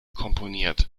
komponiert